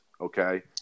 okay